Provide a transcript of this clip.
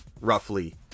roughly